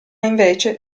invece